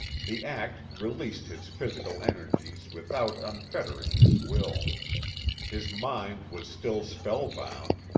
the act released his physical energies without unfettering his will his mind was still spellbound,